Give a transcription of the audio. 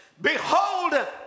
Behold